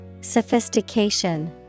Sophistication